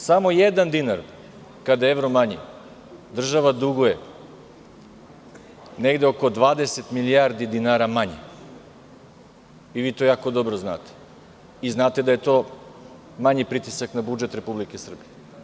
Samo jedan dinar kada je evro manji, država duguje negde oko 20 milijardi dinara manje i vi to jako dobro znate i znate da je to manji pritisak na budžet Republike Srbije.